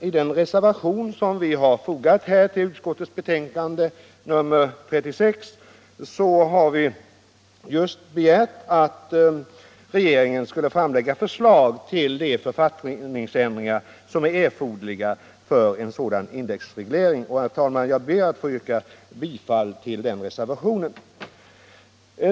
I den reservation som vi har fogat till utskottets betänkande nr 36 har vi begärt att regeringen skall framlägga förslag till de författningsändringar som är erforderliga för en sådan indexreglering. Jag ber, herr talman, att få yrka bifall till reservationen 1.